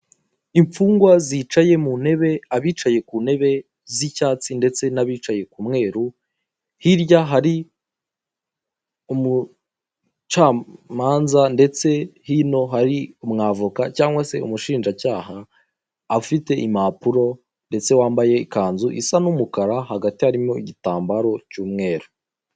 Imfungwa zicaye mu ntebe abicaye ku ntebe z'icyatsi ndetse n'abicaye ku mweru hirya hari umucamanza ndetse hino hari umwavoka cyangwa se umushinjacyaha ufite impapuro ndetse wambaye ikanzu isa n'umukara hagati harimo igitambaro cy'umweru.